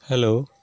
hello